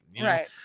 right